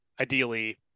ideally